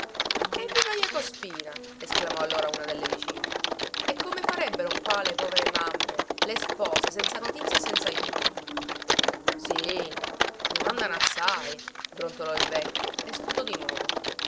spina esclamò allora una delle vicine e come farebbero qua le povere mamme le spose senza notizie e senzajuto sì ne mandano assai brontolò il vecchio e sputò di nuovo